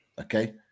Okay